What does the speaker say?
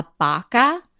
abaca